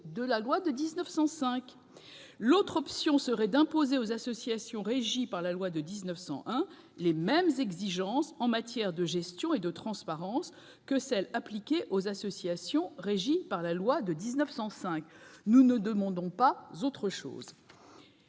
de la loi de 1905. L'autre option serait d'imposer aux associations régies par la loi de 1901 les mêmes exigences en matière de gestion et de transparence que celles qui s'appliquent aux associations régies par la loi de 1905. Nous ne demandons pas autre chose.